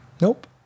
Nope